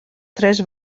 tres